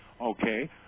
Okay